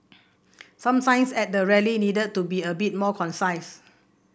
some signs at the rally needed to be a bit more concise